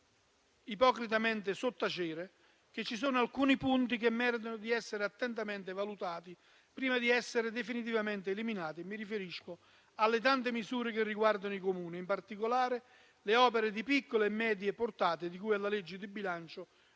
ipocritamente, caro Ministro, che ci sono alcuni punti che meritano di essere attentamente valutati prima di essere definitivamente eliminati. Mi riferisco alle tante misure che riguardano i Comuni, in particolare alle opere di piccola e media portata, di cui alla legge di bilancio